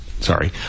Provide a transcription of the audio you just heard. sorry